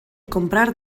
comprar